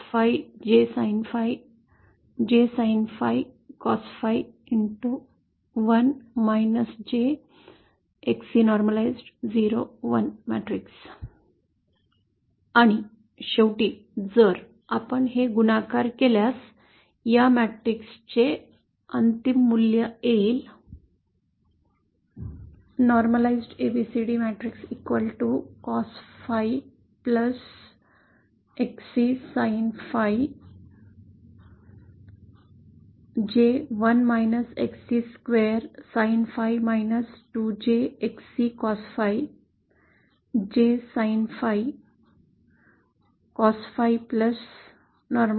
आणि शेवटी जर आपण हे गुणाकार केल्यास या मॅट्रिक्स चे अंतिम मूल्य येईल